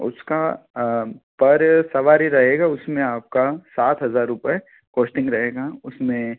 उसका पर सवारी रहेगा उसमे आपका सात हज़ार रूपये कॉस्टिंग रहेगा उसमें